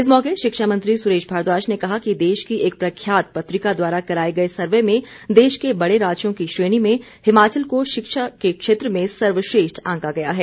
इस मौके शिक्षा मंत्री सुरेश भारद्वाज ने कहा कि देश की एक प्रख्यात पत्रिका द्वारा कराए गए सर्वे में देश के बड़े राज्यों की श्रेणी में हिमाचल को शिक्षा के क्षेत्र में सर्वश्रेष्ठ आंका गया है